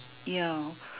ya